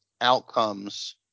outcomes